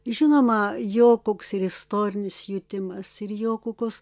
žinoma jo koks ir istorinis jutimas ir jo kokios